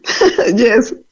Yes